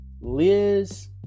Liz